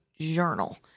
Journal